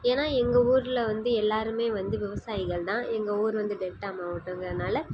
ஏனால் எங்கள் ஊரில் வந்து எல்லலோருமே வந்து விவசாயிகள் தான் எங்கள் ஊர் வந்து டெல்ட்டா மாவட்டம்கிறதுனால